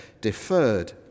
deferred